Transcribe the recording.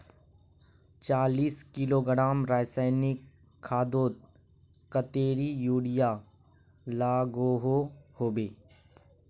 चालीस किलोग्राम रासायनिक खादोत कतेरी यूरिया लागोहो होबे?